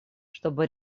чтобы